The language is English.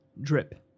drip